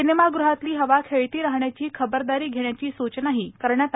सिनेमागृहातली हवा खेळती राहण्याची खबरदारी घेण्याची सूचनाही करण्यात आली आहे